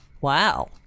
Wow